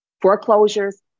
foreclosures